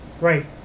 Right